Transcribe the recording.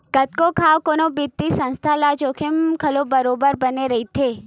कतको घांव कोनो बित्तीय संस्था ल जोखिम घलो बरोबर बने रहिथे